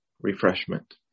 refreshment